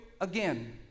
again